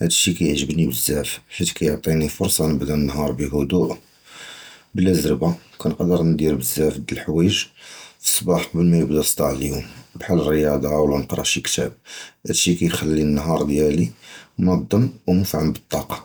הַדֶא שִי קִיְעַגְ'בְנִי בְזַאפ חִית קִיְעַטִי פְרְסַה נַבְדָּא הַנַּהָאר בְּהֻדוּء, בְלָא זְרְבָּה וְקִנְקַדַּר נַדִיר בְזַאפ דַהַוִיְיג פִיּוּסְבַּاح קְבַל מַא יִבְדָּא צְדַאג הַיּוּם בְּחַל הַרִיַאדָה וְלָא נִקְרָא שִי קִתָּאב, הַדֶא שִי קִיְכַלִי הַנַּהָאר דִיַּלִי מֻנַּדְזַם וּמְפֻעַם בַּטַּאקַה.